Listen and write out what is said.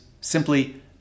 simply